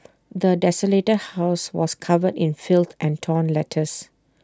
the desolated house was covered in filth and torn letters